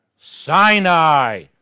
Sinai